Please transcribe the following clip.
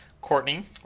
Courtney